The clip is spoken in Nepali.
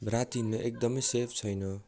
राति एकदमै सेफ छैन